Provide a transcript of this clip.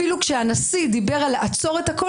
אפילו כשהנשיא דיבר על לעצור את הכול